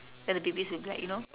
then the babies will be like you know